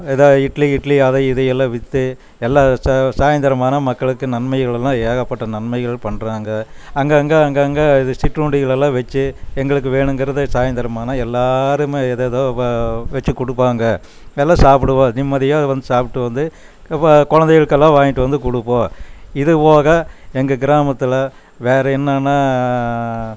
ஏதா இட்லி கிட்லி அதை இதை எல்லாம் விற்று எல்லாம் சாய்ந்திரமானா மக்களுக்கு நன்மைகளெல்லாம் ஏகப்பட்ட நன்மைகள் பண்ணுறாங்க அங்கே அங்கே அங்கே அங்கே இது சிற்றுண்டிகளெல்லாம் வச்சு எங்களுக்கு வேணுங்கிறத சாய்ந்திரமானா எல்லோருமே ஏதேதோ வச்சு கொடுப்பாங்க நல்லா சாப்பிடுவோம் அதே மதியம் வந்து சாப்பிட்டு வந்து குழந்தைங்களுக்கெல்லாம் வாய்ன்ட்டு வந்து கொடுப்போம் இது போக எங்கள் கிராமத்தில் வேற என்னனா